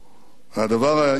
הדבר העיקרי,